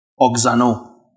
oxano